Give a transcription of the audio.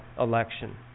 election